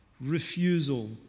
refusal